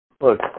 Look